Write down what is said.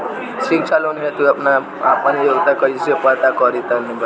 शिक्षा लोन हेतु हम आपन योग्यता कइसे पता करि तनि बताई?